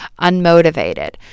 unmotivated